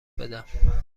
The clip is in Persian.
بدم